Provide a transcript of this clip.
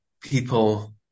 people